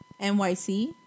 NYC